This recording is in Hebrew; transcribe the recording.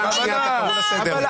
פעם שנייה קריאה לסדר.